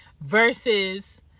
versus